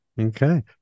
Okay